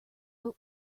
but